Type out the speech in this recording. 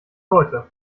leute